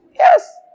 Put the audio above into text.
Yes